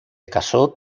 casó